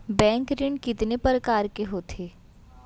Bank ऋण कितने परकार के होथे ए?